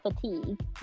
fatigue